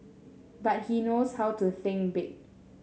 but he knows how to think big